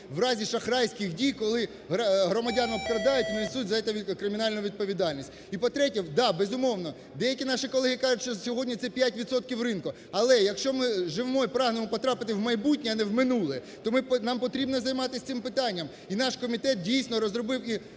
в разі шахрайських дій, коли громадян обкрадають і не несуть за це кримінальну відповідальність. І, по-третє, так, безумовно, деякі наші колеги кажуть, що сьогодні це 5 відсотків ринку, але, якщо ми живемо і прагнемо потрапити в майбутнє, а не в минуле, то нам потрібно займатись цим питанням. І наш комітет, дійсно, розробив і